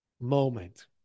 moment